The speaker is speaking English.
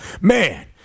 Man